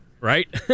right